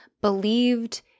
believed